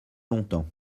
longtemps